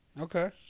Okay